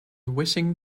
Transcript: wishing